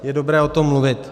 Je dobré o tom mluvit.